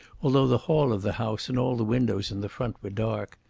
although the hall of the house and all the windows in the front were dark.